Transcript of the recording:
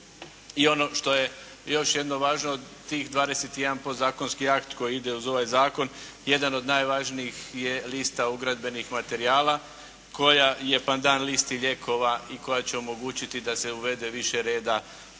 I ono što je još jedno važno. Tih 21 podzakonski akt koji ide uz ovaj zakon jedan od najvažnijih je lista ugradbenih materijala koja je pandan listi lijekova i koja će omogućiti da se uvede više reda